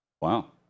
Wow